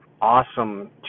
awesome